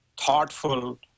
thoughtful